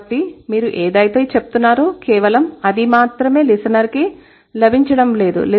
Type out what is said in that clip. కాబట్టి మీరు ఏదైతే చెప్తున్నారో కేవలం అది మాత్రమే లిసెనర్ కి లభించటం లేదు